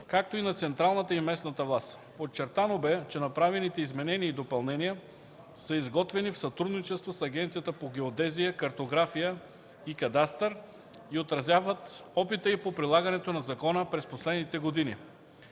както и на централната и местната власт. Подчертано бе, че направените изменения и допълнения са изготвени в сътрудничество с Агенцията по геодезия, картография и кадастър и отразяват опита й по прилагането на закона през последните години.